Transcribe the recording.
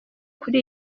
kuri